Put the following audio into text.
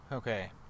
Okay